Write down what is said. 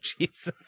Jesus